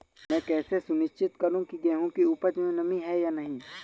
मैं कैसे सुनिश्चित करूँ की गेहूँ की उपज में नमी है या नहीं?